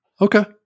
Okay